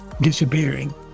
disappearing